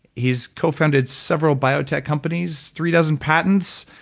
he's co-founded several biotech companies, three dozen patents,